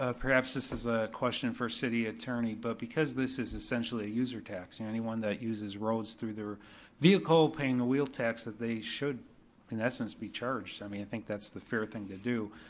ah perhaps this is a question for city attorney, but because this is essentially a user tax and anyone that uses roads through their vehicle, paying the wheel tax that they should in essence be charged. i mean i think that's the fair thing to do.